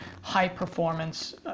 high-performance